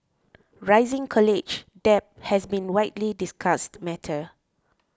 rising college debt has been widely discussed matter